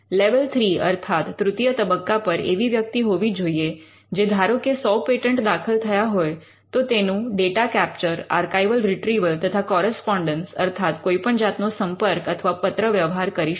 level 3 અર્થાત તૃતીય તબક્કા પર એવી વ્યક્તિ હોવી જોઈએ જે ધારો કે સો પેટન્ટ દાખલ થયા હોય તો તેનું ડેટા કૅપ્ચર આર્કાઇવલ રિટ્રીવલ તથા કૉરિસ્પૉન્ડન્સ અર્થાત્ કોઈ પણ જાતનો સંપર્ક અથવા પત્ર વ્યવહાર કરી શકે